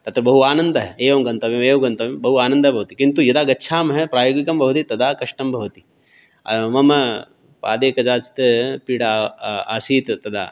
तत्र बहु आनन्दः एवं गन्तव्यम् एवं गन्तव्यं बहु आनन्दः भवति किन्तु यदा गच्छामः प्रायोगिकं भवति तदा कष्टं भवति मम पादे कदाचित् पीडा आ आसीत् तदा